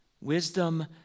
Wisdom